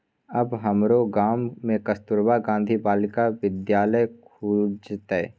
आब हमरो गाम मे कस्तूरबा गांधी बालिका विद्यालय खुजतै